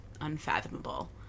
unfathomable